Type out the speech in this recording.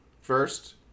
first